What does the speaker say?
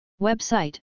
Website